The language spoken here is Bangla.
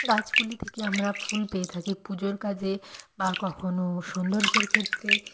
গাছগুলি থেকে আমরা ফুল পেয়ে থাকি পুজোর কাজে বা কখনও সৌন্দর্যের ক্ষেত্রে